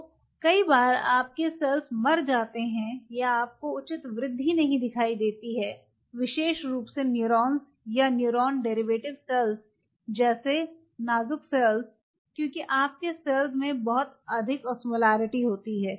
तो कई बार आपके सेल्स मर जाते हैं या आपको उचित वृद्धि नहीं दिखाई देती है विशेष रूप से न्यूरॉन्स या न्यूरॉन डेरीवेटिव सेल्स जैसे नाजुक सेल्स क्योंकि आपके सेल में बहुत अधिक ऑस्मोलारिटी होती है